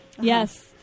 yes